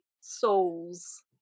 souls